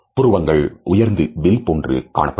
புருவங்கள் உயர்ந்து வில் போன்று காணப்படும்